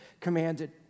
commanded